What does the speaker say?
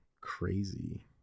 crazy